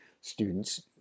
students